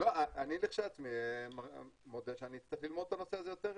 אני לכשעצמי מודה שאני אצטרך ללמוד את הנושא הזה יותר